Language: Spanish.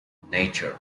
nature